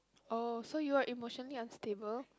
oh so you are emotionally unstable